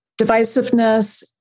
divisiveness